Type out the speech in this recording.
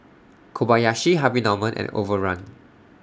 Kobayashi Harvey Norman and Overrun